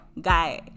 guy